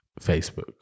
facebook